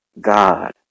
God